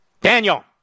Daniel